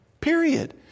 period